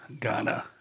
Ghana